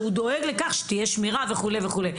שדואג לכך שתהיה שמירה וכו'.